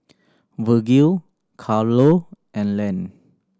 Virgil Carlo and Len